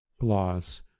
Gloss